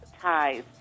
ties